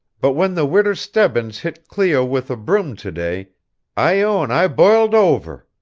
but when the widder stebbins hit cleo with a broom to-day i own i b'iled over.